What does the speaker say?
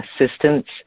assistance